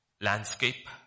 landscape